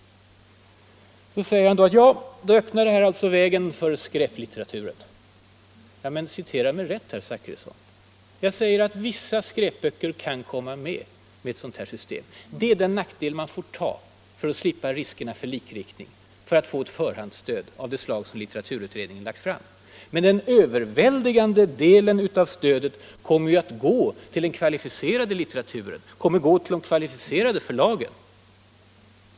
Så konstaterar herr Zachrisson att vårt system ”öppnar vägen för skräp litteraturen”. Citera mig rätt, herr Zachrisson! Jag säger att vissa skräpböcker kan komma med om man använder det system vi föreslår. Det är en nackdel man får ta för att få ett förhandsstöd av det slag litteraturutredningen föreslagit och slippa riskerna för likriktning. Men den överväldigande delen av stödet kommer att gå till den kvalificerade litteraturen, till de kvalificerade förlagen.